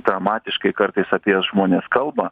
dramatiškai kartais apie jas žmonės kalba